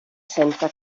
senza